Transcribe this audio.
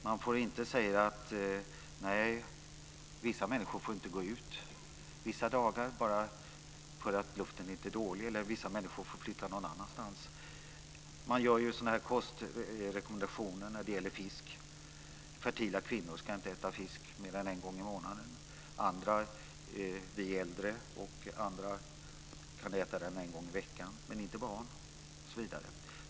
Man får inte säga att vissa människor inte får gå ut vissa dagar eller får flytta någon annanstans därför att luften är dålig. Man utfärdar kostrekommendationer vad gäller fisk och säger att fertila kvinnor inte ska äta fisk mer än en gång i månaden medan vi äldre, men inte barn, får äta fisk en gång i veckan osv.